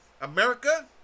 America